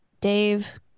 Dave